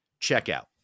checkout